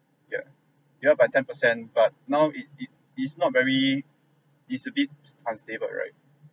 yeah you up by ten percent but now it it it's not very it's a bit unstable right